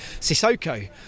Sissoko